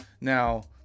Now